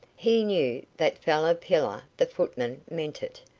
he knew that fellow pillar, the footman, meant it.